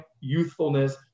youthfulness